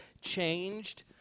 changed